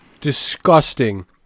Disgusting